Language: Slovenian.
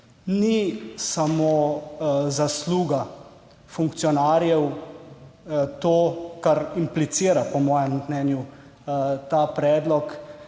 Ni samo zasluga funkcionarjev to, kar implicira, po mojem mnenju, ta predlog,